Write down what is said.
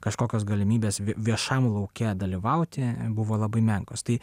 kažkokios galimybės vie viešam lauke dalyvauti buvo labai menkos tai